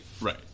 Right